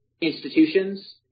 institutions